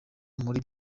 muri